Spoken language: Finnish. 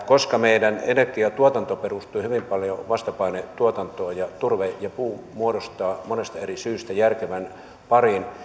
koska meidän energiantuotanto perustuu hyvin paljon vastapainetuotantoon ja turve ja puu muodostavat monesta eri syystä järkevän parin